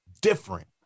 different